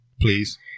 please